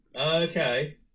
Okay